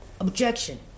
objection